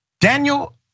Daniel